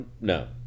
no